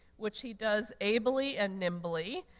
which he does ably and nimbly,